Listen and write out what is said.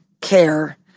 care